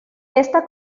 esta